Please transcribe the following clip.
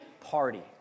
party